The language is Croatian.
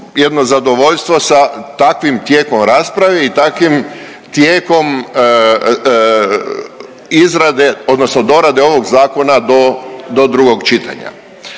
jedno zadovoljstvo sa takvim tijekom rasprave i takvim tijekom izrade odnosno dorade ovog zakona do drugog čitanja.